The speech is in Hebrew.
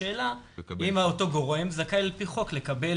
השאלה האם אותו גורם זכאי על פי חוק לקבל